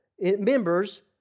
members